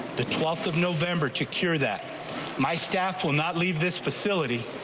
the twelfth of november to cure that my staff will not leave this facility.